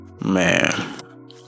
Man